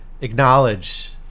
acknowledge